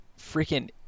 freaking